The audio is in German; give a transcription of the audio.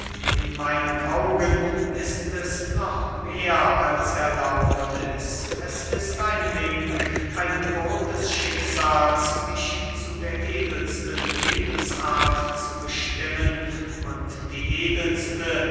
in meinen augen ist es noch mehr als erlaubniß es ist ein wink ein gebot des schicksals mich zu der edelsten lebensart zu bestimmen und die edelste